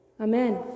Amen